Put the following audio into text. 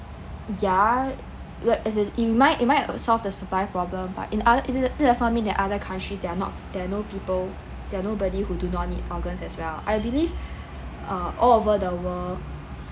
ya as in it might it might solve the supply problem but in other that does not mean the other countries there are not there are no people there are nobody who do not need organs as well I believe uh all over the world